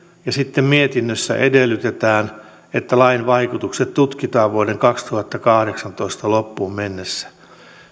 ja sitten mietinnössä edellytetään että lain vaikutukset tutkitaan vuoden kaksituhattakahdeksantoista loppuun mennessä